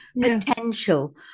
potential